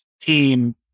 team